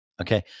Okay